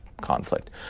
conflict